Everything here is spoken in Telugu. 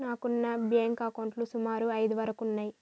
నాకున్న బ్యేంకు అకౌంట్లు సుమారు ఐదు వరకు ఉన్నయ్యి